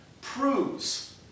proves